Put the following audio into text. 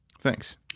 thanks